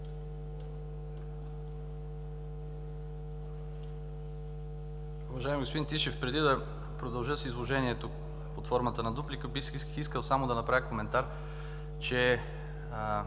Уважаеми господин Тишев, преди да продължа с изложението под формата на дуплика, бих искал само да направя коментар, че